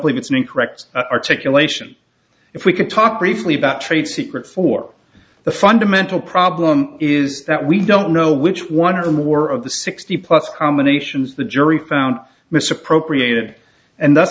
believe it's an incorrect articulation if we could talk briefly about trade secrets for the fundamental problem is that we don't know which one or more of the sixty plus combinations the jury found misappropriated and the